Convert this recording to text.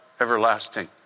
Everlasting